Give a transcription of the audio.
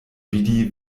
vidi